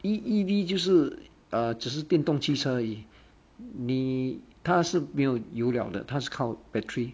!ee! E_V 就是 uh 只是电动汽车而已你它是没有油了的它是靠 battery